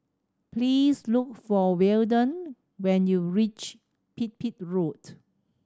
please look for Weldon when you reach Pipit Road